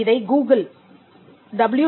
இதை Google www